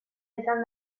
izan